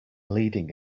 leading